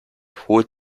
holt